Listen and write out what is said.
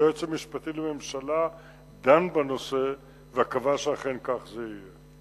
היועץ המשפטי לממשלה דן בנושא וקבע שאכן כך זה יהיה.